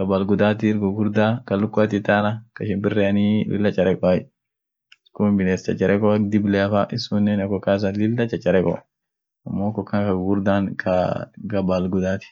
isun power gar tairia geesa, iyoo boodiit jira, bodin bare inaman kas tatae won birifa itguureni kiitifan kas ijaajet